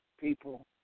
people